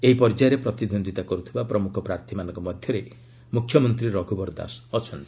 ଏହି ପର୍ଯ୍ୟାୟରେ ପ୍ରତିଦ୍ୱନ୍ଦିତା କରୁଥିବା ପ୍ରମୁଖ ପ୍ରାର୍ଥୀମାନଙ୍କ ମଧ୍ୟରେ ମୁଖ୍ୟମନ୍ତ୍ରୀ ରଘୁବର ଦାସ ଅଛନ୍ତି